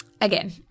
again